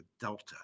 delta